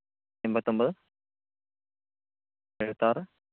എൺപത്തൊൻപത് എഴുപത്താറ്